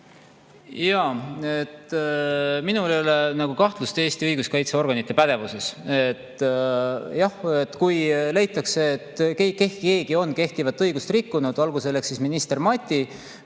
Minul ei ole kahtlust Eesti õiguskaitseorganite pädevuses. Jah, kui leitakse, et keegi on kehtivat õigust rikkunud, olgu selleks siis minister Mati